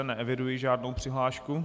Neeviduji žádnou přihlášku.